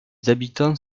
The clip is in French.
habitants